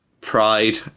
Pride